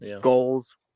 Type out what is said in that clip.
Goals